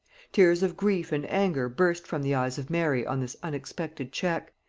tears of grief and anger burst from the eyes of mary on this unexpected check,